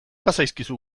bazaizkizu